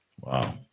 Wow